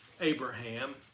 abraham